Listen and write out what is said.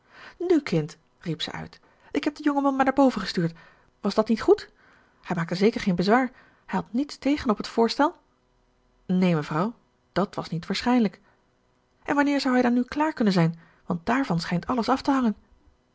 nu kind riep zij uit ik heb den jongen man maar naar boven gestuurd was dat niet goed hij maakte zeker geen bezwaar had hij niets tegen op het voorstel neen mevrouw dat was niet waarschijnlijk en wanneer zou hij dan nu klaar kunnen zijn want dààrvan schijnt alles af te hangen